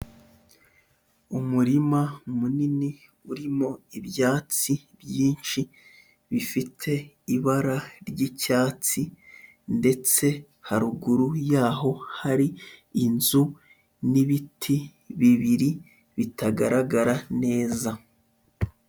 Umurima munini urimo ibyatsi byinshi bifite ibara ry'icyatsi ndetse haruguru yaho hari inzu n'ibiti bibiri bitagaragara neza.